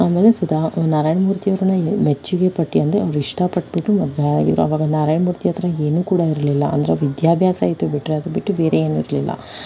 ಆಮೇಲೆ ಸುಧಾ ನಾರಾಯಣ್ ಮೂರ್ತಿಯವ್ರನ್ನ ಇ ಮೆಚ್ಚುಗೆಪಟ್ಟು ಅಂದರೆ ಅವರು ಇಷ್ಟಪಟ್ಬಿಟ್ಟು ಮದುವೆಯಾಗಿರೊ ಆವಾಗ ನಾರಾಯಣ್ ಮೂರ್ತಿ ಹತ್ರ ಏನು ಕೂಡ ಇರಲಿಲ್ಲ ಅಂದರೆ ವಿದ್ಯಾಭ್ಯಾಸ ಇತ್ತು ಬಿಟ್ಟರೆ ಅದು ಬಿಟ್ಟು ಬೇರೆ ಏನೂ ಇರಲಿಲ್ಲ